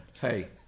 Hey